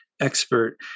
expert